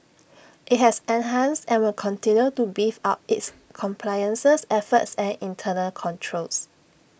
IT has enhanced and will continue to beef up its compliances efforts and internal controls